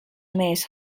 mees